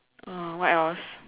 oh what else